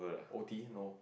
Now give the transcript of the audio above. O_T no